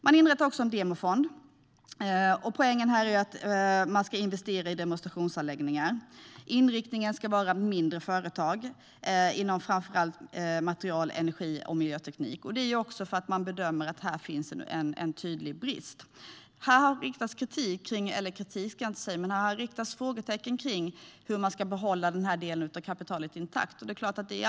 Man inrättar också en demofond. Poängen är att man ska investera i demonstrationsanläggningar. Inriktningen ska vara mindre företag inom framför allt material-, energi och miljöteknik. Man bedömer det som att det här finns en tydlig brist. Det har rests frågetecken inför hur man ska kunna behålla den här delen av kapitalet intakt.